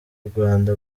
rwanda